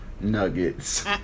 Nuggets